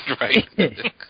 Right